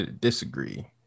Disagree